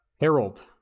Harold